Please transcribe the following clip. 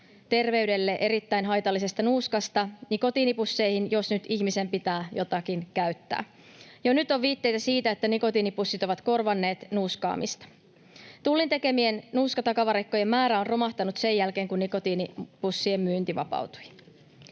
terveydelle erittäin haitallisesta nuuskasta nikotiinipusseihin, jos nyt ihmisen pitää jotakin käyttää. Jo nyt on viitteitä siitä, että nikotiinipussit ovat korvanneet nuuskaamista: Tullin tekemien nuuskatakavarikkojen määrä on romahtanut sen jälkeen, kun nikotiinipussien myynti vapautui.